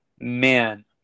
Man